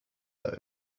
are